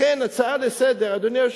לכן הצעה לסדר-היום,